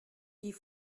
die